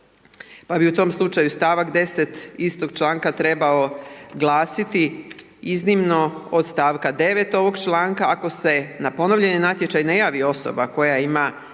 pa bi u tom slučaju stavak 10. istog članka trebao glasiti: Iznimno od stavka 9. ovog članka ako se na ponovljeni natječaj ne javi osoba koja ima